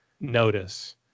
notice